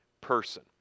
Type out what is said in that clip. person